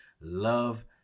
love